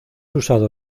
usado